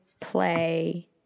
play